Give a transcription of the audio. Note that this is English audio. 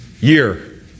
year